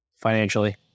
financially